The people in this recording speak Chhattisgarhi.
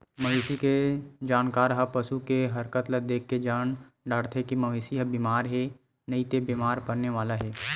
मवेशी के जानकार ह पसू के हरकत ल देखके जान डारथे के मवेशी ह बेमार हे नइते बेमार परने वाला हे